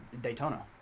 Daytona